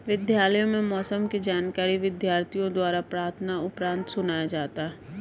विद्यालयों में मौसम की जानकारी विद्यार्थियों द्वारा प्रार्थना उपरांत सुनाया जाता है